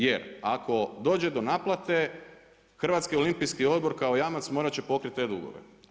Jer ako dođe do naplate Hrvatski olimpijski odbor kao jamac morati će pokriti te dugove.